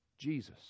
Jesus